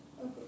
Okay